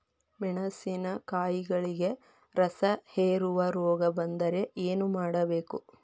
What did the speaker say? ಮೆಣಸಿನಕಾಯಿಗಳಿಗೆ ರಸಹೇರುವ ರೋಗ ಬಂದರೆ ಏನು ಮಾಡಬೇಕು?